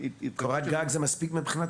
קורת גג זה מספיק?